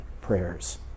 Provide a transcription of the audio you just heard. prayers